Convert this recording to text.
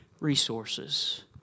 resources